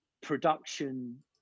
production